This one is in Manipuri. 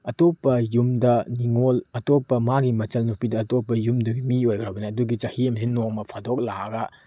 ꯑꯇꯣꯞꯄ ꯌꯨꯝꯗ ꯅꯤꯡꯉꯣꯜ ꯑꯇꯣꯞꯄ ꯃꯥꯒꯤ ꯃꯆꯜ ꯅꯨꯄꯤꯗ ꯑꯇꯣꯞꯄ ꯌꯨꯝꯗꯨꯒꯤ ꯃꯤ ꯑꯣꯏꯈ꯭ꯔꯕꯅꯤ ꯑꯗꯨꯒꯤ ꯆꯍꯤ ꯑꯃꯗ ꯅꯣꯡ ꯐꯥꯗꯣꯛ ꯂꯥꯛꯑꯒ